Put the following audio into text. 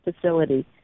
facility